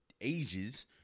ages